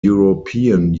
european